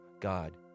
God